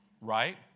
right